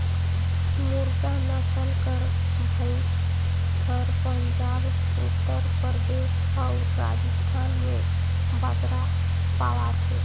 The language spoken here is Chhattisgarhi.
मुर्रा नसल कर भंइस हर पंजाब, उत्तर परदेस अउ राजिस्थान में बगरा पवाथे